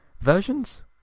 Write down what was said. versions